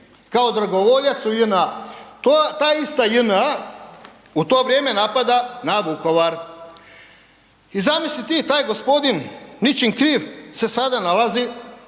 kao dragovoljac u JNA. Ta ista JNA u to vrijeme napada na Vukovar. I zamisli ti, taj gospodin, ničim kriv se sada nalazi